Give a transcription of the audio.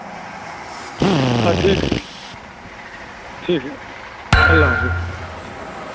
ہاں ٹھیک ہے ٹھیک ہے اللہ حافظ